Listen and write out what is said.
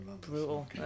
Brutal